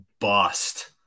bust